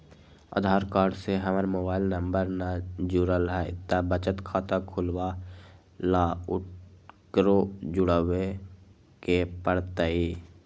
आधार card से हमर mobile number न जुरल है त बचत खाता खुलवा ला उकरो जुड़बे के पड़तई?